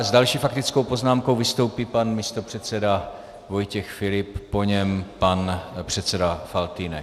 S další faktickou poznámkou vystoupí pan místopředseda Vojtěch Filip, po něm pan předseda Faltýnek.